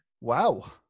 Wow